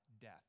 death